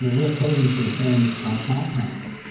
we're coding for the same compounds.